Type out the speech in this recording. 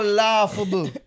laughable